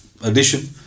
addition